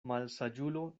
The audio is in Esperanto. malsaĝulo